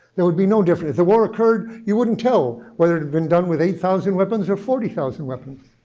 there would be no difference. if the war occurred, you wouldn't tell whether it had been done with eight thousand weapons or forty thousand weapons.